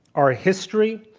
our history,